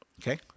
Okay